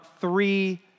three